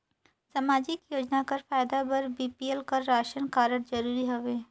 समाजिक योजना कर फायदा बर बी.पी.एल कर राशन कारड जरूरी हवे?